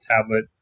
tablet